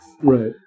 Right